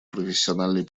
профессиональной